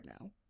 now